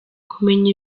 kumenya